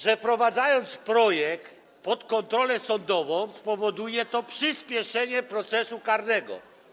że wprowadzając projekt pod kontrolę sądową, spowoduje się przyspieszenie procesu karnego.